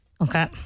Okay